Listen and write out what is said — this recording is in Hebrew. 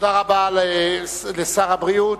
תודה רבה לשר הבריאות,